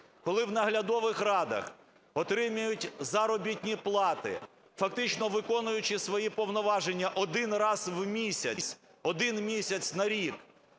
коли в наглядових радах отримують заробітні плати, фактично виконуючи свої повноваження один раз в місяць, один місяць на рік,